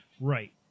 Right